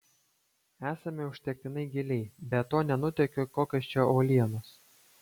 esame užtektinai giliai be to nenutuokiu kokios čia uolienos